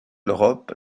l’europe